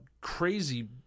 crazy